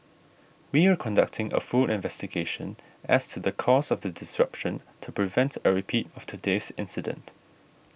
we are conducting a full investigation as to the cause of the disruption to prevent a repeat of today's incident